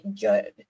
good